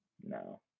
No